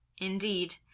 indeed